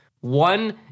One